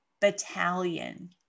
battalion